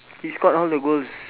he scored all the goals